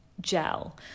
Gel